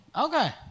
Okay